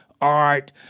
art